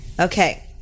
Okay